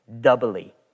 Doubly